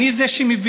אני זה שמבין,